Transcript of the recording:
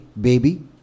baby